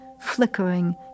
flickering